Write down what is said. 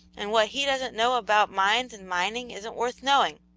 and what he doesn't know about mines and mining isn't worth knowing.